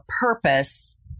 purpose